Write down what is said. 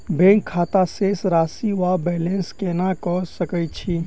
Bank खाता शेष राशि वा बैलेंस केना कऽ सकय छी?